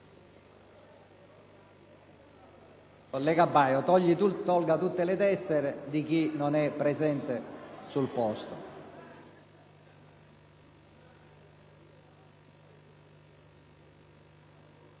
Segretario Baio, tolga tutte le tessere di chi non e` presente sul posto.